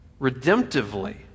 redemptively